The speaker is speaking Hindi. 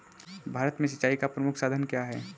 भारत में सिंचाई का प्रमुख साधन क्या है?